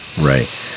right